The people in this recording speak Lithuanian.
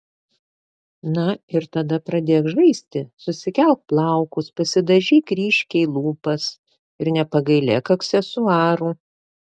na ir tada pradėk žaisti susikelk plaukus pasidažyk ryškiai lūpas ir nepagailėk aksesuarų